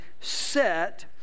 set